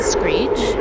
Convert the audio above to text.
Screech